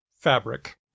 fabric